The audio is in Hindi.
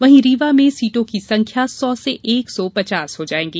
वहीं रीवा में सीटों की संख्या सौ से एक सौ पचास हो जायेगी